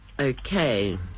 Okay